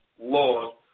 laws